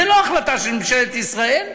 זו לא החלטה של ממשלת ישראל.